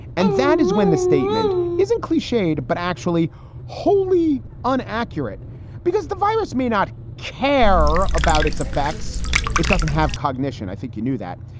and that is when the statement isn't cliched, but actually wholly un accurate because the virus may not care about its effects it doesn't have cognition. i think you knew that,